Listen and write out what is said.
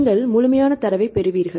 நீங்கள் முழுமையான தரவைப் பெறுவீர்கள்